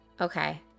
Okay